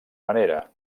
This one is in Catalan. manera